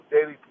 daily